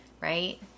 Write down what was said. right